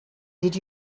did